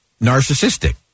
narcissistic